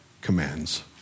commands